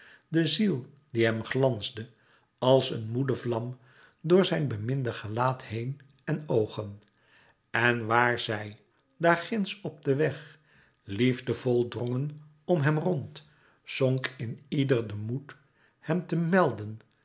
de ziel die hem glansde als een moede vlam door zijn beminde gelaat heen en oogen en waar zij daar ginds op den weg liefdevol drongen om hem rond zonk in ieder de moed hem te melden